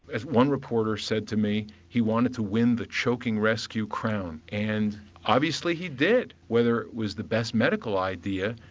as one reporter said to me he wanted to win the choking rescue crown and obviously he did. whether it was the best medical idea,